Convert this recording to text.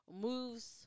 moves